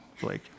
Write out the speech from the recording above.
Blake